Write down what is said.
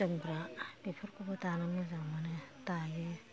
जोमग्रा बेफोरखौबो दानो मोजां मोनो दायो